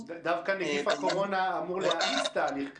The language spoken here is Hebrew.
דווקא נגיף הקורונה אמור להאיץ תהליך כזה.